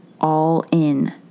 all-in